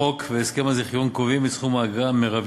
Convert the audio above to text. החוק והסכם הזיכיון קובעים את סכום האגרה המרבי